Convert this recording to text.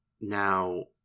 Now